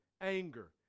anger